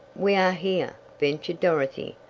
we are here, ventured dorothy,